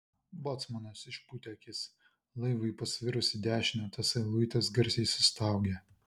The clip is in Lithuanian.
bocmanas išpūtė akis laivui pasvirus į dešinę tasai luitas garsiai sustaugė